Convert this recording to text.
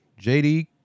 JD